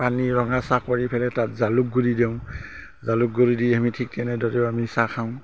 পানী ৰঙা চাহ কৰি পেলাই তাত জালুক গুৰি দিওঁ জালুক গুৰি দি আমি ঠিক তেনেদৰেও আমি চাহ খাওঁ